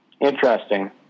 Interesting